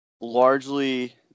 Largely